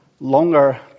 longer